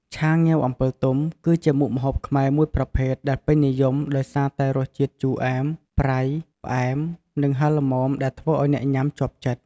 ឆាងាវអំពិលទុំ គឺជាមុខម្ហូបខ្មែរមួយប្រភេទដែលពេញនិយមដោយសារតែរសជាតិជូរអែម ប្រៃ ផ្អែម និងហឹរល្មម ដែលធ្វើឱ្យអ្នកញ៉ាំជាប់ចិត្ត។